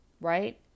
Right